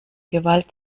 gewalt